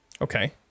Okay